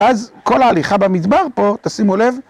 אז כל ההליכה במדבר פה, תשימו לב.